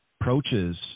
approaches